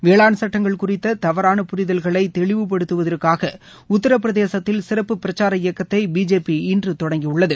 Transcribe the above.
வேளாண் சட்டங்கள் குறித்த தவறான புரிதல்களை தெளிவுபடுத்துவதற்காக உத்திரபிரதேசத்தில் சிறப்பு பிரச்சார இயக்கத்தை பிஜேபி இன்று தொடங்கியுள்ளது